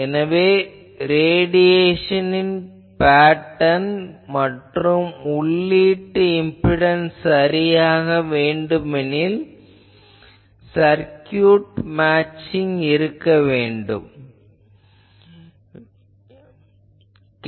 எனவே ரேடியேஷன் பாங்கு மற்றும் உள்ளீட்டு இம்பிடன்ஸ் சரியாக வேண்டுமெனில் சர்க்குயூட் மேட்சிங் இருக்க வேண்டும் என்பது உண்மையாகும்